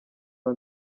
aba